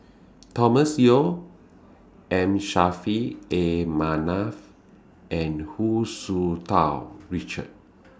Thomas Yeo M Saffri A Manaf and Hu Tsu Tau Richard